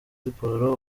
siporo